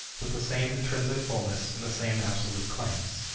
with the same intrinsic fullness and the same absolute claims.